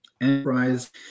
enterprise